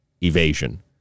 evasion